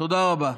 תודה רבה.